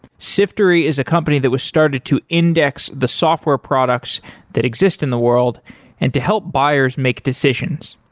siftery is a company that was started to index the software products that exist in the world and to help buyers make decisions.